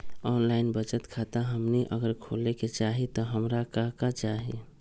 Online बचत खाता हमनी अगर खोले के चाहि त हमरा का का चाहि?